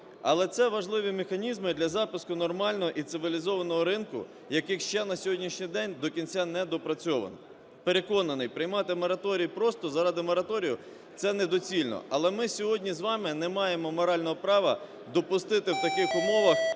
Але це важливі механізми для запуску нормального і цивілізованого ринку, яких ще на сьогоднішній день до кінця не доопрацьовано. Переконаний, приймати мораторій просто заради мораторію - це недоцільно. Але ми сьогодні з вами не маємо морального права допустити в таких умовах